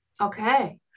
Okay